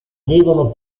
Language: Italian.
devono